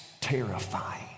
terrifying